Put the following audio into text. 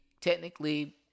technically